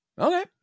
Okay